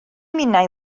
minnau